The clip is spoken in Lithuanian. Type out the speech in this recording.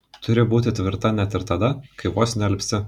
turi būti tvirta net ir tada kai vos nealpsti